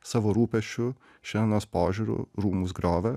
savo rūpesčiu šiandienos požiūriu rūmus griovė